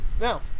Now